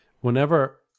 whenever